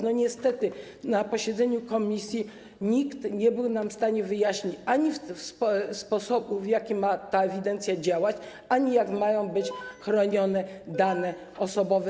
Niestety na posiedzeniu komisji nikt nie był w stanie wyjaśnić nam ani sposobu, w jaki ma ta ewidencja działać, ani tego, jak mają być chronione dane osobowe.